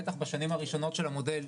בטח בשנים הראשונות של המודל,